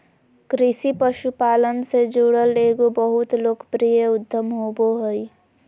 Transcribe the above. कृषि पशुपालन से जुड़ल एगो बहुत लोकप्रिय उद्यम होबो हइ